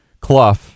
Clough